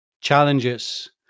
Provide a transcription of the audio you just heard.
challenges